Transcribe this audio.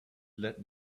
let